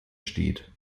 steht